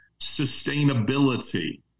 sustainability